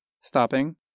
stopping